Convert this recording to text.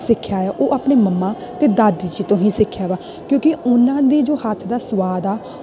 ਸਿੱਖਿਆ ਹੈ ਉਹ ਆਪਣੀ ਮੰਮਾ ਅਤੇ ਦਾਦੀ ਜੀ ਤੋਂ ਹੀ ਸਿੱਖਿਆ ਵਾ ਕਿਉਂਕਿ ਉਹਨਾਂ ਦੇ ਜੋ ਹੱਥ ਦਾ ਸਵਾਦ ਆ